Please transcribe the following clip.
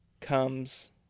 comes